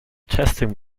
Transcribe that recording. protesting